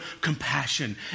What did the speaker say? compassion